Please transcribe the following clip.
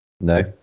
No